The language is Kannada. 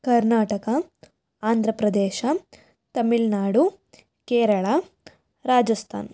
ಕರ್ನಾಟಕ ಆಂಧ್ರ ಪ್ರದೇಶ್ ತಮಿಳ್ ನಾಡು ಕೇರಳ ರಾಜಸ್ಥಾನ್